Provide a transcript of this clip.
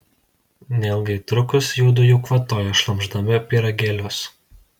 neilgai trukus juodu jau kvatojo šlamšdami pyragėlius